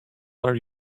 are